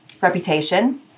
reputation